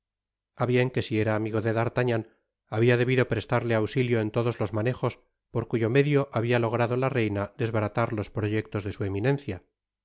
bien que si era amigo de d'artagnan habia debido prestarle auxitio en iodos los manejos por cuyo medio habia logrado la reina desbaratar los proyectos de su eminencia